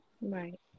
Right